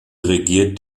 regiert